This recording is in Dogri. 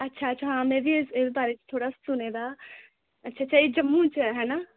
अच्छा अच्छा हां में बी ओह्दे बारे च थोह्ड़ा सुने दा अच्छा अच्छा एह् जम्मू च ऐ है ना